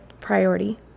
priority